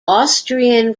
austrian